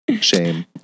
Shame